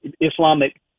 Islamic